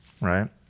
right